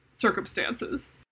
circumstances